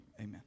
Amen